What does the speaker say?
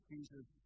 Jesus